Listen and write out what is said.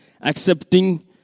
accepting